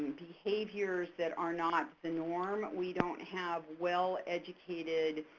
behaviors that are not the norm, we don't have well-educated